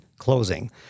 Closing